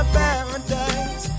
paradise